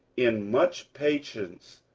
in much patience,